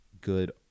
good